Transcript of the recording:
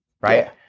right